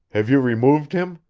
have you removed him?